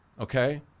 okay